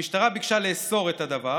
המשטרה ביקשה לאסור את הדבר,